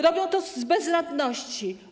Robią to z bezradności.